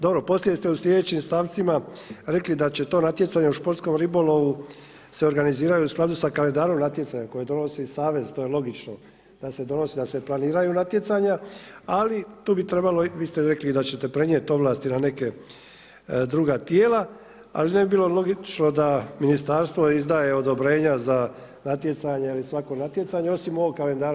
Dobro poslije ste u slijedećim stavcima rekli da će to natjecanje u športskom ribolovu se organiziraju u skladu sa kalendarom natjecanja koje donosi savez, to je logično, kad se donosi da se planiraju natjecanja, ali tu bi trebalo, vi ste rekli i da ćete prenijet ovlasti na neke druga tijela, ali ne bi bilo logično da ministarstvo izdaje odobrenja za natjecanja ili svako natjecanja osim ovog kalendara.